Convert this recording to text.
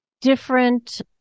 different